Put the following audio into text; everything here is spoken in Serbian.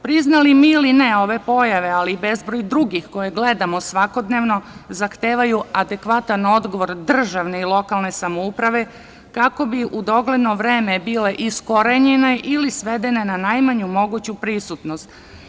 Priznali mi ili ne ove pojave, ali i bezbroj drugih koje gledamo svakodnevno, zahtevaju adekvatan odgovor državne i lokalne samouprave kako bi u dogledno vreme iskorenjene ili svedene na najmanju moguću prisutnost.